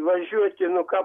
važiuoti nu ką